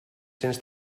cents